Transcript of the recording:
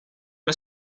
med